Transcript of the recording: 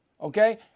okay